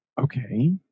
okay